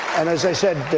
and, as i said,